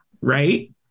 right